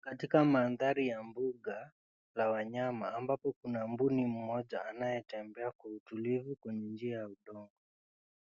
Katika mandhari ya mbuga, kuna wanyama ambapo kuna mbuni mmoja anayetembea kwa utulivu kwenye njia ya udongo.